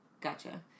Gotcha